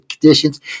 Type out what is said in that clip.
conditions